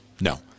no